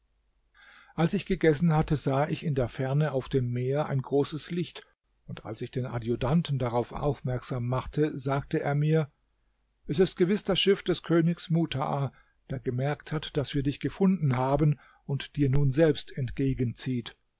als ich gegessen hatte sah ich in der ferne auf dem meer ein großes licht und als ich den adjutanten darauf aufmerksam machte sagte er mir es ist gewiß das schiff des königs mutaa der gemerkt hat daß wir dich gefunden haben und dir nun selbst